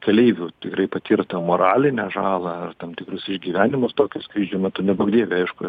keleivių tikrai patirtą moralinę žalą ar tam tikrus išgyvenimus tokio skrydžio metu neduok dieve aišku